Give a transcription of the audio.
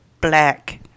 Black